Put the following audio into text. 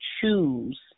choose